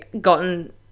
gotten